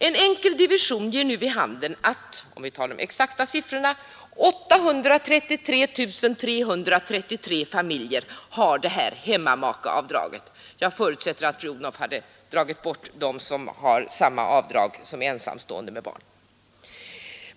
En enkel division ger nu vid handen — om vi tar de exakta siffrorna — att 833 333 familjer har detta hemmamakeavdrag. Jag förutsätter att fru Odhnoff hade dragit bort dem som hade samma avdrag som ensamstående med barn.